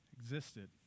existed